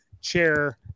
chair